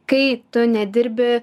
kai tu nedirbi